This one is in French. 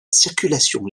circulation